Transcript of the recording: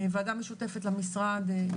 וועדה משותפת למשרד,